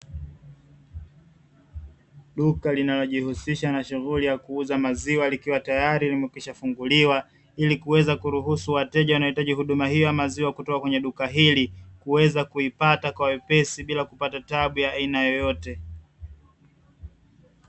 Duka linalojihusisha na shughuli ya kuuza maziwa likiwa tayari limeshafunguliwa, ili kuweza kuruhusu wateja wanaojitaji huduma hiyo kutoka kwenye duka hili, kuweza kuipata kwa wepesi bila kupata tabu ya aina yoyote.